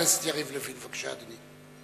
חבר הכנסת יריב לוין, בבקשה, אדוני.